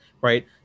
right